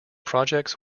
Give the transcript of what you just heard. projects